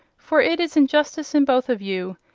for it is injustice in both of you.